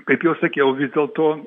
kaip jau sakiau vis dėlto